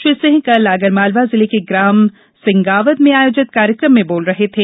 श्री सिंह कल आगरमालवा जिले के ग्राम सिंगावद में आयोजित कार्यक्रम में बोल रहे थे